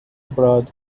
abroad